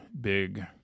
big